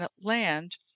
land